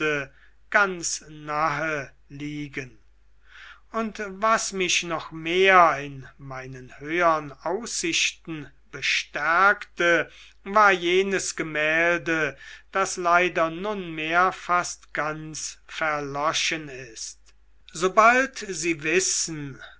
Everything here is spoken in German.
ganz nahe liegen und was mich noch mehr in meinen höhern aussichten bestärkte war jenes gemälde das leider nunmehr fast ganz verloschen ist sobald sie wissen